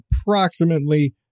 approximately